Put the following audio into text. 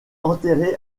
enterré